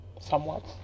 somewhat